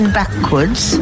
backwards